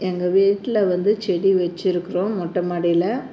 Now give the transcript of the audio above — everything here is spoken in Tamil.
எங்கள் வீட்டில் வந்து செடி வச்சுருக்குறோம் மொட்ட மாடில